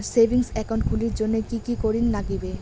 Savings account খুলির জন্যে কি কি করির নাগিবে?